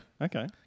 Okay